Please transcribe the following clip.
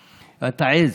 תעז,